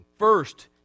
First